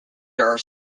are